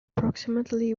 approximately